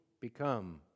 become